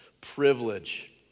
privilege